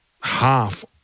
half